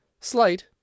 slight